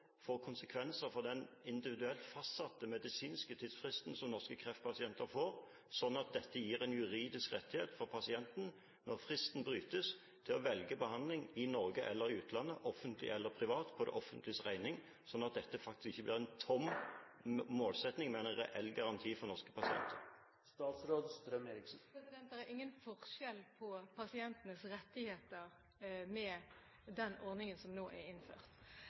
får konsekvenser for den individuelt medisinsk fastsatte tidsfristen som norske kreftpasienter får, slik at dette gir en juridisk rettighet for pasienten når fristen brytes, til å velge behandling i Norge eller i utlandet, offentlig eller privat, på det offentliges regning, slik at dette faktisk ikke blir en tom målsetting, men en reell garanti for norske pasienter? Det er ingen forskjell på pasientenes rettigheter med den ordningen som nå er innført.